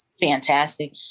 fantastic